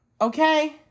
Okay